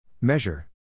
Measure